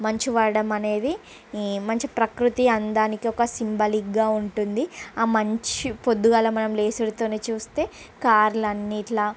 మంచు పడటం అనేది మంచి ప్రకృతి అందానికి ఒక సింబాలిక్గా ఉంటుంది ఆ మంచు పొద్దుగాల మనం లేవడంతోనే చూస్తే కార్లు అన్ని ఇట్లా